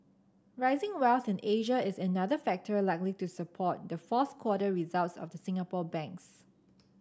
rising wealth in Asia is another factor likely to support the fourth quarter results of Singapore banks